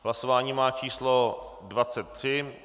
Hlasování má číslo 23.